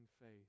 faith